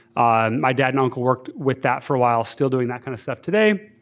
um my dad and uncle worked with that for a while, still doing that kind of stuff today.